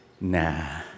nah